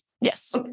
yes